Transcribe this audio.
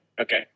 Okay